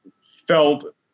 felt